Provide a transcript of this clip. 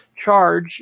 charge